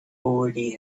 already